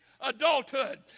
adulthood